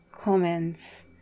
comments